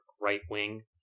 right-wing